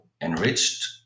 enriched